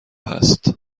هست